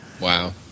Wow